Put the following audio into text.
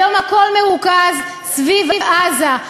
היום הכול מרוכז סביב עזה.